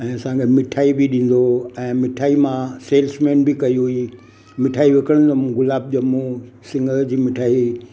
ऐं असांखे मिठाई बि ॾींदो हुओ ऐं मिठाई मां सेल्समेन बि कई हुई मिठाई विकिणंदो हुअमि गुलाब ॼमूं सिङर जी मिठाई